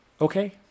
Okay